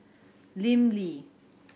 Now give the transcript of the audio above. Lim Lee